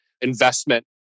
investment